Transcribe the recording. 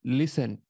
listen